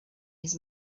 his